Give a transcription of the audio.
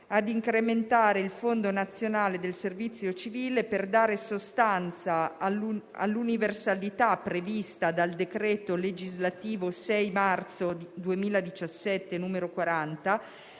«ad incrementare il Fondo nazionale del servizio civile per dare sostanza all'universalità prevista dal decreto legislativo 6 marzo 2017, n. 40,